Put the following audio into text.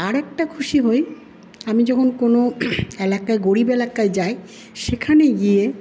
আরেকটা খুশি হই আমি যখন কোনো এলাকায় গরিব এলাকায় যাই সেখানে গিয়ে